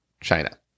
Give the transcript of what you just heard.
China